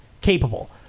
capable